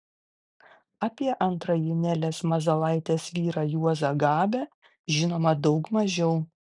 apie antrąjį nelės mazalaitės vyrą juozą gabę žinoma daug mažiau